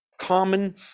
common